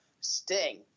Sting